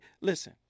listen